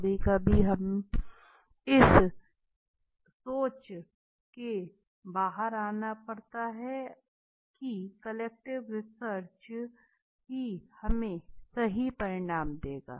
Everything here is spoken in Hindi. कभी कभी हमे इस सोच से बहार आना पड़ता है की केवल क्वांटिटेटिव रिसर्च ही हमे सही परिणाम देगी